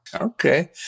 Okay